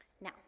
now